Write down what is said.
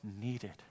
needed